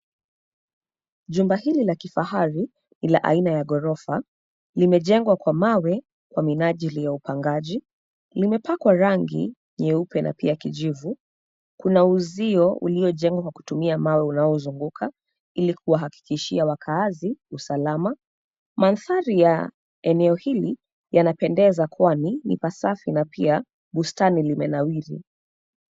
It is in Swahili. Jumba hili la kifahari ni la aina ya gorofa. Limejengwa kwa mawe kwa minajili ya upangaji. Limepakwa rangi nyeupe na pia kijivu. Kuna uzio uliojengwa kwa kutumia mawe unaozunguka; ili kuwahakikishia wakaazi usalama. Mandhari ya eneo hili yanapendeza, kwani ni pasafi na pia bustani limenawiri.